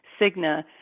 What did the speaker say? Cigna